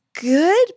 Good